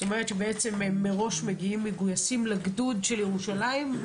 הם מראש מגיעים מגויסים לגדוד של ירושלים?